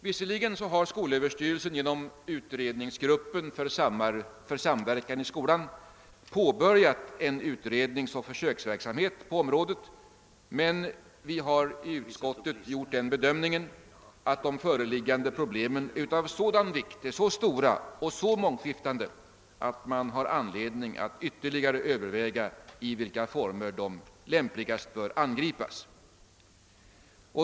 Visserligen har skolöverstyrelsen genom utredningsgruppen för samverkan i skolan påbörjat en utredningsoch försöksverksamhet på området, men vi har i utskottet gjort den bedömningen att de föreliggande problemen är så stora och mångskiftande att man har anledning att ytterligare överväga i vilka former de lämpligast bör angripas.